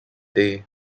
day